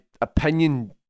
opinion